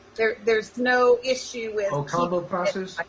there there's no issue with oh, combo classes, like